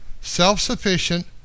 self-sufficient